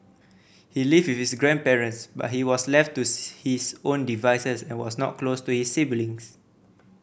he lived with his grandparents but he was left to his own devices and was not close to his siblings